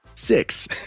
six